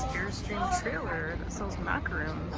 airstream trailer that sells macaroons.